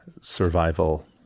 survival